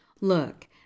look